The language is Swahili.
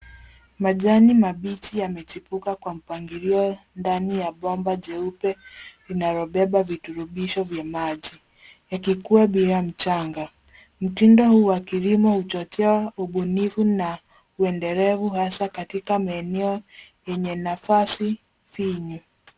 Majani mabichi yamechipuka kwa mpangilio ndani ya bomba jeupe linalobeba virutubisho vya maji yakikua bila mchanga. Mtindo huu wa kilimo huchochea ubunifu na uendelevu hasa katika maeneo yenye nafasi finyo.